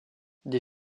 des